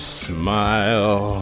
smile